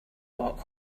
walk